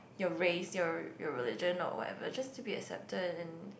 you race your your religion or whatever just to be accepted and